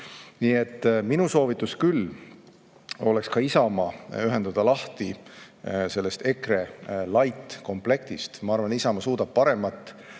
Nii et minu soovitus küll oleks ka Isamaa ühendada lahti sellest EKRElightkomplektist. Ma arvan, et Isamaa suudab paremat,